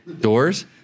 Doors